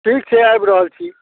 ठीक छै आबि रहल छी